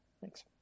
thanks